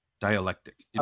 dialectic